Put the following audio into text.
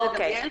אוקיי,